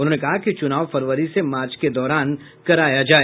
उन्होंने कहा कि चुनाव फरवरी से मार्च के दौरान कराया जाए